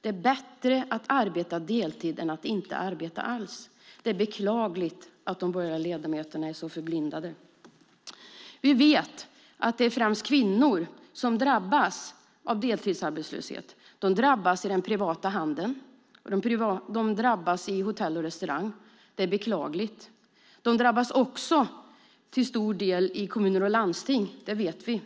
Det är bättre att arbeta deltid än att inte arbeta alls. Det är beklagligt att de borgerliga ledamöterna är så förblindade. Vi vet att det är främst kvinnor som drabbas av deltidsarbetslöshet. De drabbas i den privata handeln. De drabbas i hotell och restaurangbranschen. Det är beklagligt. De drabbas också till stor del i kommuner och landstinget - det vet vi.